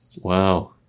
Wow